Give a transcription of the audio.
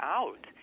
out